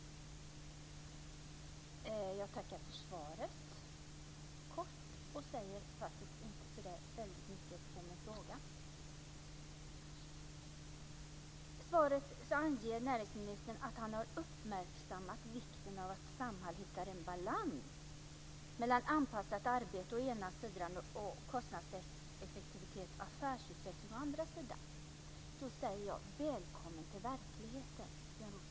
Fru talman! Jag tackar för svaret. Det är kort och säger faktiskt inte så väldigt mycket. I svaret anger näringsministern att han har uppmärksammat vikten av att Samhall hittar en balans mellan anpassat arbete å ena sidan och kostnadseffektivitet och affärsutveckling å andra sidan. Då säger jag välkommen till verkligheten, Björn Rosengren.